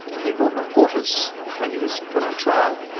he brought reporters when he was put on trial,